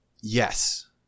Yes